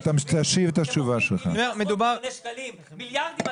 אני אומר שוב: זה לא ההבדל בין 70% ל-80%,